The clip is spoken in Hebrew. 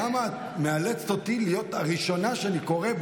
למה את מאלצת אותי להיות הראשונה שאני קורא לה,